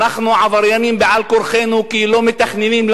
אנחנו עבריינים על-כורחנו כי לא מתכננים לנו,